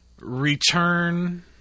return